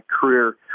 career